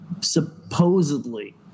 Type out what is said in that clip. supposedly